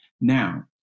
Now